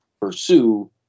pursue